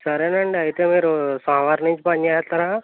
సరే అండి అయితే మీరు సోమవారం నుంచి పని చేస్తారా